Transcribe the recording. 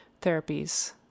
therapies